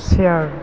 chair